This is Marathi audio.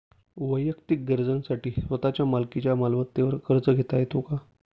वैयक्तिक गरजांसाठी स्वतःच्या मालकीच्या मालमत्तेवर कर्ज घेता येतो का?